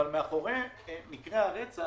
אבל מאחורי מקרי הרצח